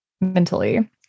mentally